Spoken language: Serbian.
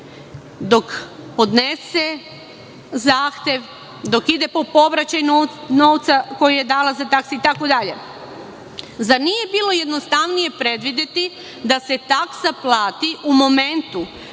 dok podnese zahtev, dok ide po povraćaj novca koji je dala za takse itd. Zar nije bilo jednostavnije predvideti da se taksa plati u momentu